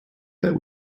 that